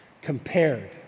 compared